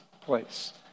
place